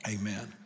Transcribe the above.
Amen